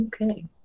Okay